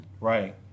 Right